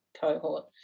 cohort